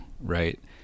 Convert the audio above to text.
right